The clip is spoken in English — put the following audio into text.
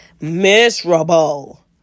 miserable